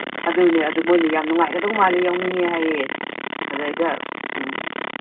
ꯑꯗꯨꯅꯦ ꯑꯗꯨ ꯃꯣꯏꯅ ꯌꯥꯝ ꯅꯨꯡꯉꯥꯏꯒꯗꯧ ꯃꯥꯜꯂꯦ ꯌꯥꯎꯅꯤꯡꯉꯦ ꯍꯥꯏꯌꯦ ꯑꯗꯩꯗ ꯎꯝ